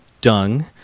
dung